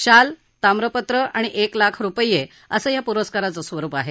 शाल ताम्रपत्र आणि एक लाख रुपये असं या पुरस्काराचं स्वरुप आहे